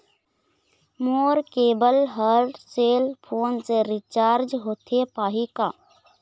मोर cable हर cell phone से recharge होथे पाही का?